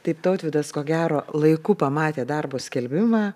taip tautvydas ko gero laiku pamatė darbo skelbimą